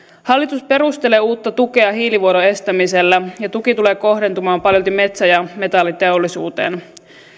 hallitus perustelee uutta tukea hiilivuodon estämisellä ja tuki tulee kohdentumaan paljolti metsä ja metalliteollisuuteen